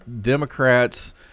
democrats